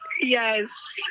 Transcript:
Yes